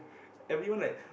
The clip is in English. everyone like